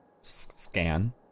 scan